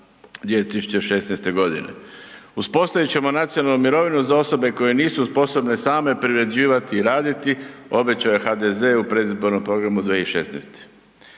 2016.g. „Uspostavit ćemo nacionalnu mirovinu za osobe koje nisu sposobne same privređivati i raditi“ obećao je HDZ u predizbornom programu 2016.